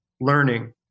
learning